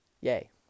Yay